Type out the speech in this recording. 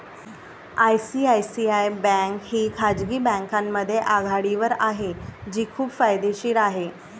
ICICI bank ही खाजगी बँकांमध्ये आघाडीवर आहे जी खूप फायदेशीर आहे